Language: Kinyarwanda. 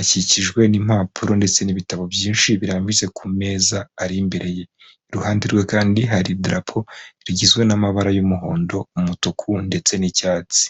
akikijwe n'impapuro ndetse n'ibitabo byinshi birambitse ku meza ari imbere ye. Iruhande rwe kandi hari idarapo rigizwe n'amabara y'umuhondo, umutuku ndetse n'icyatsi.